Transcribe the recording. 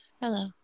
hello